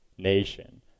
nation